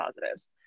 positives